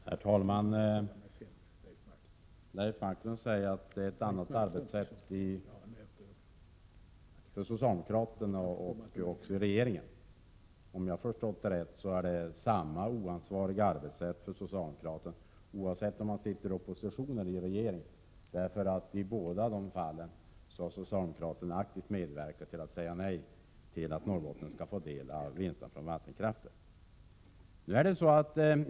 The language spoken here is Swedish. Herr talman! Leif Marklund säger att socialdemokraterna har olika arbetssätt, beroende på om de är i regeringsställning eller inte. Men såvitt jag förstår är det för socialdemokraternas del alltid fråga om ett oansvarigt arbetssätt. Det spelar alltså ingen roll om de är i opposition eller i regeringsställning. Det framgår av socialdemokraternas agerande i detta avseende. De har ju aktivt medverkat till ett nej när det gäller att låta Norrbotten få del av vinsten från vattenkraften.